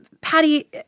Patty